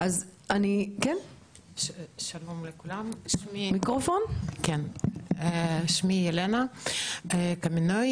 שלום לכולם, שמי ילנה קמנוי